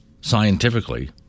scientifically